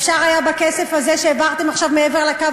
אפשר היה בכסף הזה שהעברתם עכשיו מעבר לקו